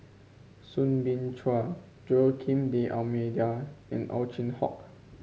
Soo Bin Chua Joaquim D'Almeida and Ow Chin Hock